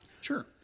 Sure